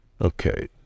Okay